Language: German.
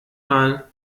mal